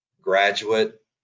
graduate